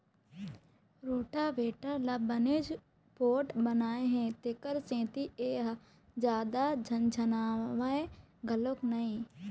rotavator ल बनेच पोठ बनाए हे तेखर सेती ए ह जादा झनझनावय घलोक नई